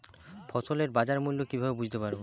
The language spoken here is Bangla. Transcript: ফসলের বাজার মূল্য কিভাবে বুঝতে পারব?